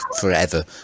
forever